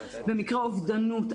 במקרי האובדנות,